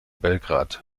belgrad